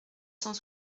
cent